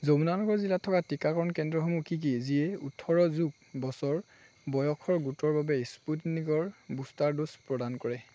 যমুনানগৰ জিলাত থকা টীকাকৰণ কেন্দ্ৰসমূহ কি কি যিয়ে ওঠৰ যোগ বছৰ বয়সৰ গোটৰ বাবে স্পুটনিকৰ বুষ্টাৰ ড'জ প্ৰদান কৰে